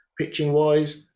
pitching-wise